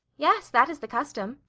yes, that is the custom.